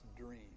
dream